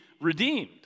redeemed